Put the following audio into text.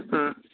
ꯎꯝ